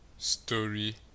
Story